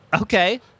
Okay